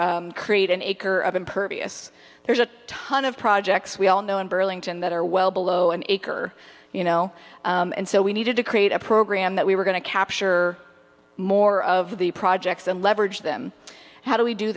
or create an acre of impervious there's a ton of projects we all know in burlington that are well below an acre you know and so we needed to create a program that we were going to capture more of the projects and leverage them how do we do